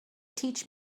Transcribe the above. teach